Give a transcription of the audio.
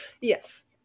yes